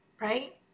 right